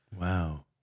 Wow